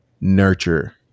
nurture